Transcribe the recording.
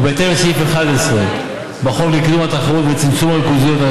ובהתאם לסעיף 11 בחוק לקידום התחרות ולצמצום הריכוזיות,